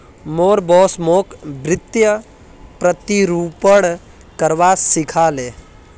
मोर बॉस मोक वित्तीय प्रतिरूपण करवा सिखा ले